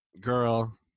girl